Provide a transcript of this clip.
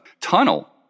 tunnel